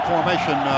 formation